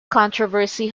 controversy